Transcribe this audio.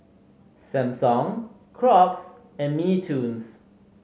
Samsung Crocs and Mini Toons